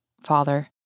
father